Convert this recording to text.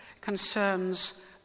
concerns